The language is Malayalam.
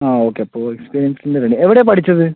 ആ ഓക്കെ അപ്പോൾ എക്സ്പീരിയൻസ് ഉണ്ടല്ലൊ അല്ലെ എവിടെയാ പഠിച്ചത്